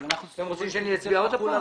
אתם רוצים שאני אצביע עוד פעם?